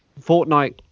Fortnite